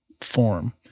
form